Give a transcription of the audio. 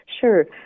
Sure